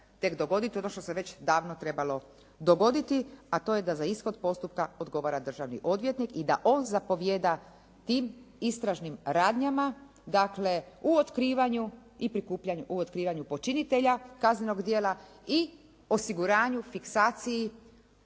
tek dogoditi, ono što se već davno trebalo dogoditi a to je da za ishod postupka odgovara državni odvjetnik i da on zapovijeda tim istražnim radnjama dakle u otkrivanju i prikupljanju, u otkrivanju počinitelja kaznenog djela i osiguranju, fiksaciji,